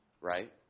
right